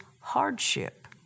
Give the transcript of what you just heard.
hardship